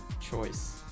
choice